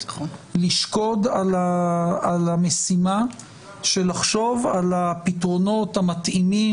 לשקוד על המשימה של לחשוב על הפתרונות המתאימים